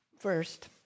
First